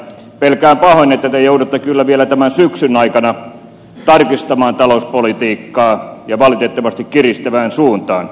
pelkään pahoin että te joudutte kyllä vielä tämän syksyn aikana tarkistamaan talouspolitiikkaa ja valitettavasti kiristävään suuntaan